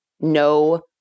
no